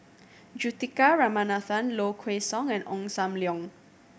Juthika Ramanathan Low Kway Song and Ong Sam Leong